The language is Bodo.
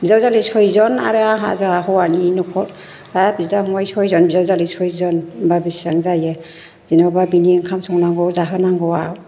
बिजावजालि सयजन आरो आंहा जोंहा हौवानि नखर दा बिदा फंबाय सयजन बिजावजालि सयजन होमबा बिसिबां जायो जेन'बा बिनि ओंखाम संनांगौ जाहोनांगौवा